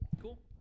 Cool